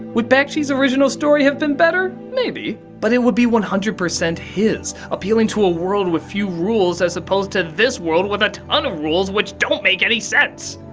would bakshi's original story have been better? maybe. but it would be one hundred percent his. appealing to a world with few rules as opposed to this world with a ton of rules which don't make any sense.